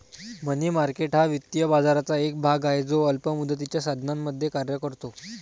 मनी market हा वित्तीय बाजाराचा एक भाग आहे जो अल्प मुदतीच्या साधनांमध्ये कार्य करतो